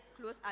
close